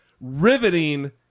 riveting